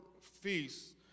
feasts